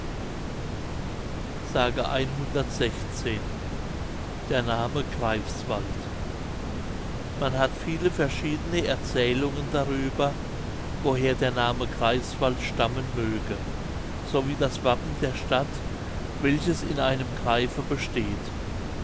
der name greifswald man hat viele verschiedene erzählungen darüber woher der name greifswald stammen möge so wie das wappen der stadt welches in einem greife besteht